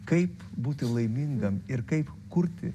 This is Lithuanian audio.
kaip būti laimingam ir kaip kurti